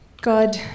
God